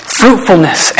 fruitfulness